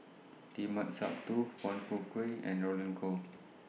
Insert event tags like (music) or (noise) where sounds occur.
Limat Sabtu (noise) Foong (unintelligible) and Roland Goh